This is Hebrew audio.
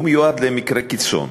והוא מיועד למקרי קיצון.